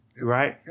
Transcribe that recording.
Right